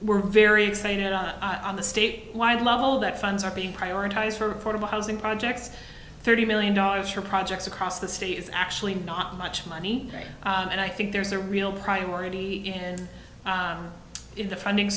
we're very excited on the state wide level that funds are being prioritized for the housing projects thirty million dollars for projects across the state is actually not much money and i think there's a real priority in the funding